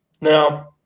now